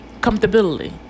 comfortability